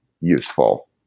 useful